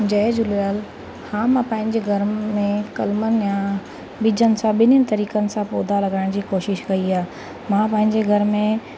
जय झूलेलाल हा मां पंहिंजे घर में कलमनि या ॿिजनि सां ॿिन्हीनि तरीक़नि सां पौधा लॻाइण जी कोशिशि कई आहे मां पंहिंजे घर में